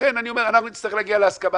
לכן אני אומר שאנחנו נצטרך להגיע להסכמה